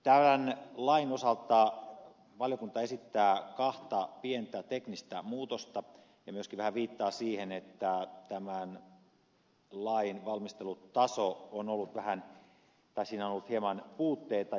tämän lain osalta valiokunta esittää kahta pientä teknistä muutosta ja myöskin vähän viittaa siihen että tämän lain valmistelun tasossa on ollut hieman puutteita